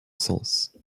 sens